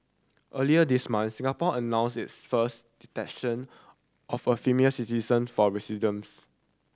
earlier this month Singapore announced its first detention of a female citizen for